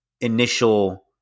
initial